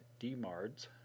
DMARDs